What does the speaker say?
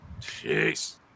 Jeez